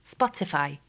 Spotify